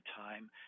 time